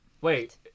Wait